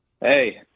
Hey